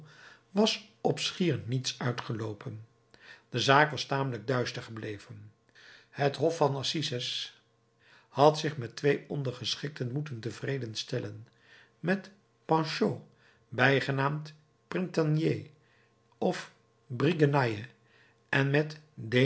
was op schier niets uitgeloopen de zaak was tamelijk duister gebleven het hof van assises had zich met twee ondergeschikten moeten tevreden stellen met panchaud bijgenaamd printanier of bigrenaille en met